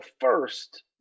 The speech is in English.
first